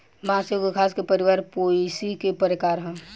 बांस एगो घास के परिवार पोएसी के प्रकार ह